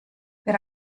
per